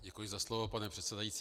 Děkuji za slovo, pane předsedající.